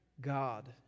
God